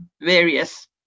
various